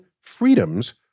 freedoms